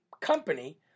company